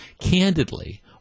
candidly